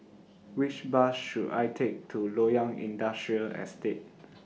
Which Bus should I Take to Loyang Industrial Estate